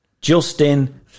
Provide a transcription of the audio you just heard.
Justin